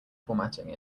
formatting